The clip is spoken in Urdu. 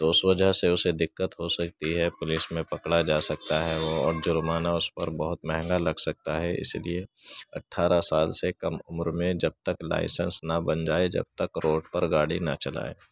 تو اس وجہ سے اسے دقت ہو سکتی ہے پولس میں پکڑا جا سکتا ہے وہ اور جرمانہ اس پر بہت مہنگا لگ سکتا ہے اس لیے اٹھارہ سال سے کم عمر میں جب تک لائسنس نہ بن جائے جب تک روڈ پر گاڑی نہ چلائے